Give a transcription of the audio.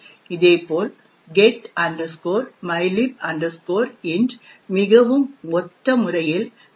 இதே போல் get mylib int மிகவும் ஒத்த முறையில் நிலையானதாக செய்யப்படும்